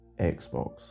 Xbox